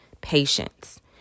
patience